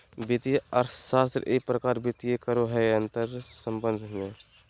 वित्तीय अर्थशास्त्र ई प्रकार वित्तीय करों के अंतर्संबंध हइ